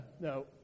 no